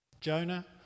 Jonah